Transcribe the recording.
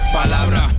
palabra